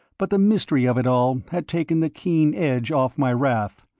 but the mystery of it all had taken the keen edge off my wrath,